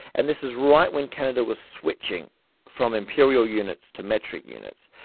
and this is right when canada was switching from imperial units to metric units.